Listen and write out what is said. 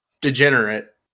degenerate